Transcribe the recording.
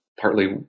partly